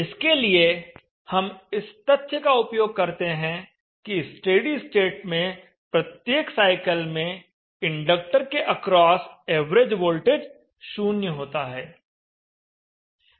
इसके लिए हम इस तथ्य का उपयोग करते हैं कि स्टेडी स्टेट में प्रत्येक साइकल में इंडक्टर के अक्रॉस एवरेज वोल्टेज शून्य होता है